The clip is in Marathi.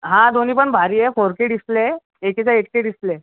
हां दोन्ही पण भारी आहे फोर के डिस्प्ले आहे एकीचा एट के डिस्प्ले आहे